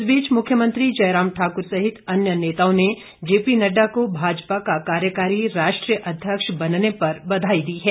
इस बीच मुख्यमंत्री जयराम ठाकुर सहित अन्य नेताओं ने जेपी नड्डा को भाजपा का कार्यकारी राष्ट्रीय अध्यक्ष बनने पर बधाई दी है